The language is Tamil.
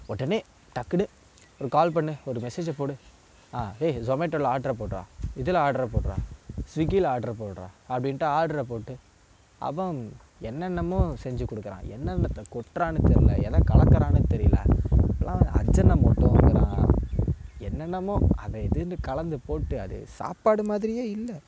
உடனே டக்குனு ஒரு கால் பண்ணு ஒரு மெஜேஸை போடு ஏ ஸொமேட்டோவில் ஆர்ட்ரை போட்றா இதில் ஆர்ட்ரை போட்றா ஸ்வீகியில் ஆர்ட்ரை போட்றா அப்படின்ட்டு ஆர்ட்ரை போட்டு அவன் என்னென்னமோ செஞ்சு கொடுக்குறான் என்னென்னத்தை கொட்டுறான்னு தெர்யல எதை கலக்குறானே தெரியல இதுலாம் அஜனமோட்டோங்குறான் என்னென்னமோ அதை இதுனு கலந்து போட்டு அது சாப்பாடு மாதிரியே இல்லை